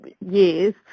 years